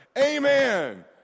Amen